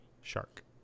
shark